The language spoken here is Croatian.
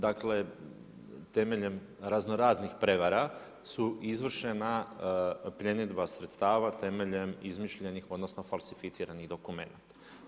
Dakle, temeljem raznoraznih prevara su izvršena pljenidba sredstava temeljem izmišljenih odnosno falsificiranih dokumenata.